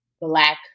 black